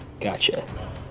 Gotcha